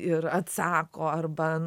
ir atsako arba